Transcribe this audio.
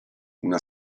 una